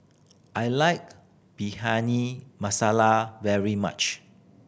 I like masala very much